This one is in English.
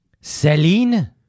Celine